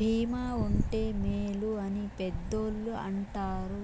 భీమా ఉంటే మేలు అని పెద్దోళ్ళు అంటారు